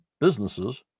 businesses